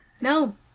No